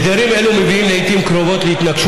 הסדרים אלו מביאים לעיתים קרובות להתנגשות